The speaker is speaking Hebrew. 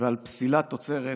ועל פסילת תוצרת